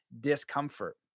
discomfort